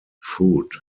food